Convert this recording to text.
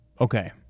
okay